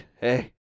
hey